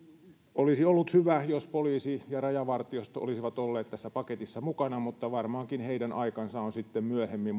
olisi ollut hyvä jos poliisi ja rajavartiosto olisivat olleet tässä paketissa mukana mutta varmaankin heidän aikansa on sitten myöhemmin